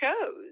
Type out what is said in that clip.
chose